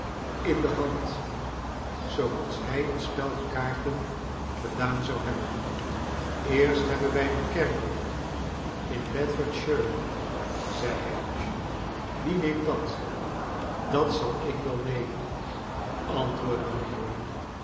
in de hand zooals hij een spel kaarten gedaan zou hebben eerst hebben wij een kerkhof in bedfordshire zei hij wie neemt dat dat zal ik wel nemen antwoordde mijnheer